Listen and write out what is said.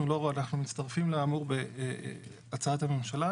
אנחנו מצטרפים לאמור בהצעת הממשלה.